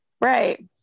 right